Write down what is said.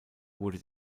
wurde